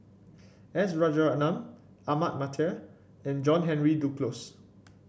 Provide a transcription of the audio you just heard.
S Rajaratnam Ahmad Mattar and John Henry Duclos